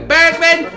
Bergman